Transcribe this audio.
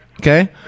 okay